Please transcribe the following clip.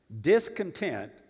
Discontent